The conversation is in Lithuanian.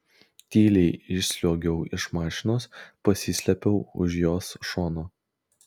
tyliai išsliuogiau iš mašinos pasislėpiau už jos šono